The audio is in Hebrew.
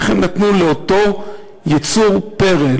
איך הם נתנו לאותו יצור פרא,